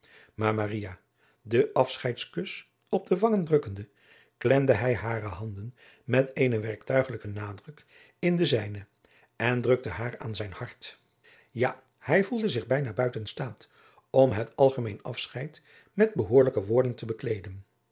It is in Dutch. maria den afscheidskus op de wangen drukkende klemde hij hare handen met eenen werktuigelijken nadruk in de zijne en drukte haar aan zijn hart ja hij voelde zich bijna buiten staat om het algemeen afscheid met behoorlijke woorden te bekleeden